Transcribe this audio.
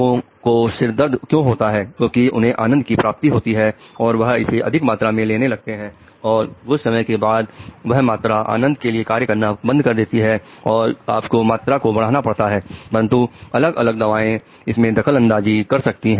लोगों को सिर में दर्द क्यों होता है क्योंकि उन्हें आनंद की प्राप्ति होती है और वह इसे अधिक मात्रा में लेने लगते हैं और कुछ समय के बाद वह मात्रा आनंद के लिए कार्य करना बंद कर देती है और आपको मात्रा को बढ़ाना पड़ता है परंतु अलग अलग दवाएं इसमें दखल अंदाजी कर सकती हैं